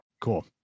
Cool